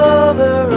over